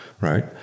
right